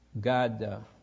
God